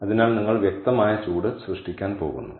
അതിനാൽ നിങ്ങൾ വ്യക്തമായ ചൂട് സൃഷ്ടിക്കാൻ പോകുന്നു